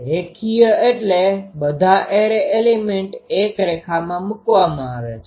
રેખીય એટલે બધા એરે એલીમેન્ટ એક રેખામાં મૂકવામાં આવે છે